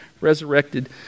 resurrected